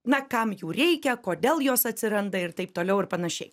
na kam jų reikia kodėl jos atsiranda ir taip toliau ir panašiai